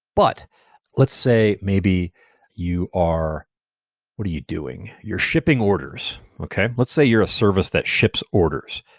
but let's say maybe you are what are you doing? you're shipping orders. okay? let's say you're a service that ships orders.